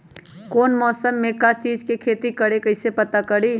कौन मौसम में का चीज़ के खेती करी कईसे पता करी?